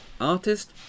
artist